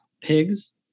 pigs